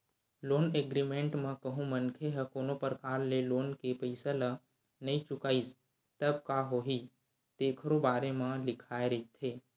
loan agreement म कहूँ मनखे ह कोनो परकार ले लोन के पइसा ल नइ चुकाइस तब का होही तेखरो बारे म लिखाए रहिथे